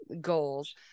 Goals